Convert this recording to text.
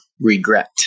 regret